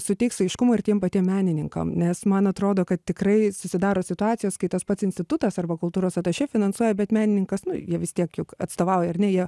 suteiks aiškumo ir tiem patiem menininkam nes man atrodo kad tikrai susidaro situacijos kai tas pats institutas arba kultūros atašė finansuoja bet menininkas nu jie vis tiek juk atstovauja ar ne jie